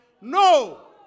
No